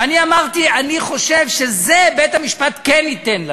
ואני אמרתי שאני חושב שאת זה בית-המשפט כן ייתן לנו.